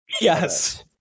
Yes